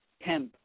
Hemp